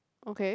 okay